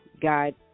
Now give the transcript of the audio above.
God